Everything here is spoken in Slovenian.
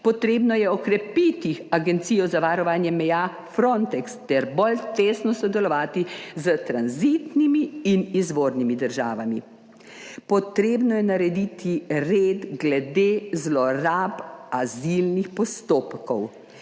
potrebno je okrepiti agencijo za varovanje meja Frontex ter bolj tesno sodelovati s tranzitnimi in izvornimi državami. Potrebno je narediti red glede zlorab azilnih postopkov